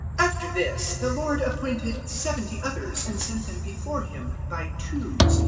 after this the lord appointed seventy others, and sent them before him, by twos,